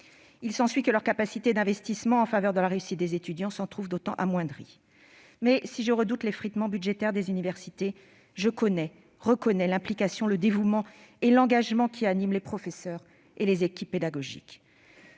Il s'ensuit que leur capacité d'investissement en faveur de la réussite des étudiants s'en trouve d'autant amoindrie. Si je redoute l'effritement budgétaire des universités, je connais et reconnais l'implication, le dévouement et l'engagement qui anime les professeurs, ainsi que les équipes pédagogiques.